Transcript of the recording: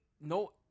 No